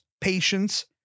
patience